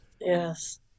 Yes